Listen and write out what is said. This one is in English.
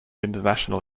international